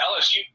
lsu